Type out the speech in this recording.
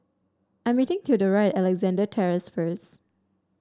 I am meeting Theodora at Alexandra Terrace first